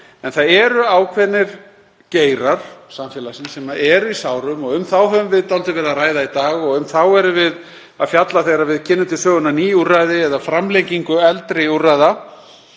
En það eru ákveðnir geirar samfélagsins sem eru í sárum og um þá höfum við dálítið verið að ræða í dag og um þá erum við að fjalla þegar við kynnum til sögunnar ný úrræði eða framlengingu eldri úrræða.